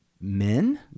men